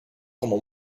como